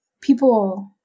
people